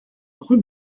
rue